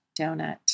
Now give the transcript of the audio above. donut